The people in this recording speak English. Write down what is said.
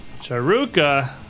Charuka